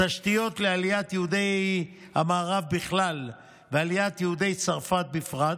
התשתיות לעליית יהודי המערב בכלל ועליית יהודי צרפת בפרט,